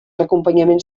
acompanyaments